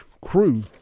crew